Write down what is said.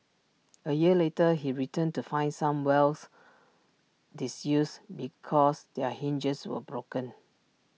A year later he returned to find some wells disused because their hinges were broken